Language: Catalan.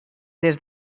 des